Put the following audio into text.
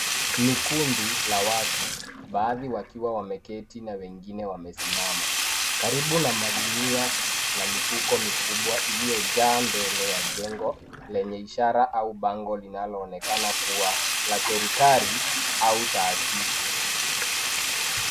Ni kundi la watu ,baadhi wakiwa wameketi na wengine wamesimama .Karibu na magunia na mifuko mikubwa ,iliyojaa mbele ya jengo lenye ishara, au bango linalo onekana kuwa la serikali au taasisi.